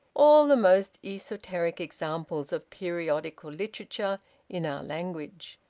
all the most esoteric examples of periodical literature in our language,